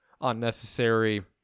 unnecessary